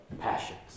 passions